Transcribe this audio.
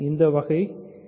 இது வகை 1